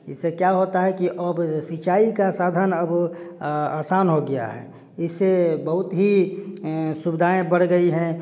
इससे क्या होता है कि अब सिंचाई का साधन अब आसान हो गया है इससे बहुत ही सुविधाएँ बढ़ गई हैं